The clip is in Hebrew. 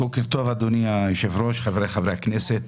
בוקר טוב, אדוני היושב-ראש, חבריי חברי הכנסת.